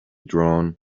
drawn